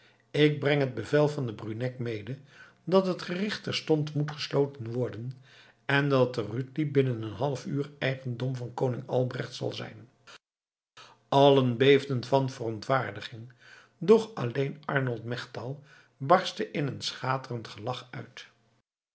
ik breng het bevel van den bruneck mede dat het gericht terstond moet gesloten worden en dat de rütli binnen een half uur eigendom van koning albrecht zal zijn allen beefden van verontwaardiging doch alleen arnold melchtal barstte in een schaterend gelach uit